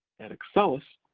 at excellus,